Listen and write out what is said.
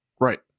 Right